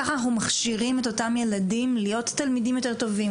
ככה אנחנו מכשירים את אותם ילדים להיות תלמידים יותר טובים,